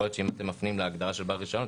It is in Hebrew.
יכול להיות שאם אתם מפנים להגדרה של בעל רישיון,